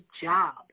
job